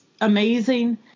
amazing